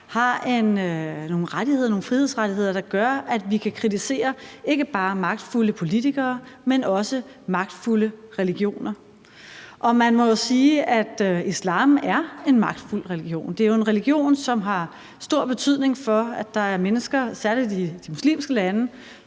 har nogle frihedsrettigheder, der gør, at vi kan kritisere ikke bare magtfulde politikere, men også magtfulde religioner. Og man må jo sige, at islam er en magtfuld religion. Det er jo en religion, som i høj grad betyder, at der er mennesker, særlig i de muslimske lande,